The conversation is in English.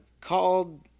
called